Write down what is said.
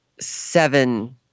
seven